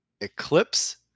Eclipse